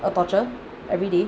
a torture everyday